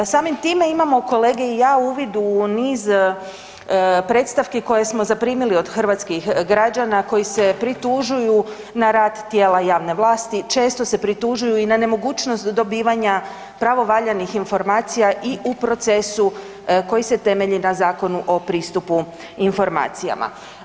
Samim time imamo kolege i ja uvid u niz predstavki koje smo zaprimili od hrvatskih građana koji se pritužuju na rad tijela javne vlasti, često se pritužuju i na nemogućnost dobivanja pravovaljanih informacija i u procesu koji se temelji na Zakonu o pristupu informacijama.